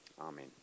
Amen